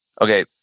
okay